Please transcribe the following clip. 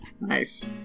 Nice